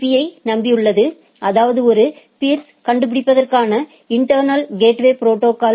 பீ யை நம்பியுள்ளது அதாவது ஒரு பீர்ஸ்யை கண்டுபிடிப்பதற்கான இன்டெர்னல் கேட்வே ப்ரோடோகால்